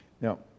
Now